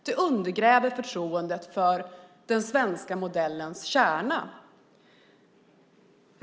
Det undergräver förtroendet för den svenska modellens kärna.